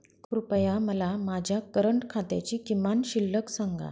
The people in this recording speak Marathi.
कृपया मला माझ्या करंट खात्याची किमान शिल्लक सांगा